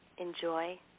Enjoy